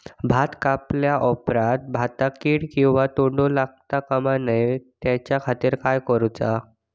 भात कापल्या ऑप्रात भाताक कीड किंवा तोको लगता काम नाय त्याच्या खाती काय करुचा?